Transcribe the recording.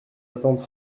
attentes